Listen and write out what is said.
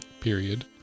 Period